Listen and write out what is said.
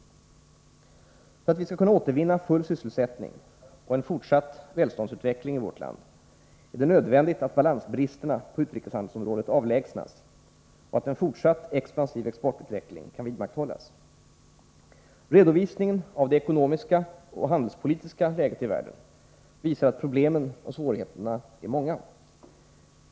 För att vi skall kunna återvinna full sysselsättning och en fortsatt välståndsutveckling i vårt land är det nödvändigt att balansbristerna på utrikeshandelsområdet avlägsnas och att en fortsatt expansiv exportutveckling kan vidmakthållas. Redovisningen av det ekonomiska och handelspolitiska läget i världen visar att problemen och svårigheterna är många.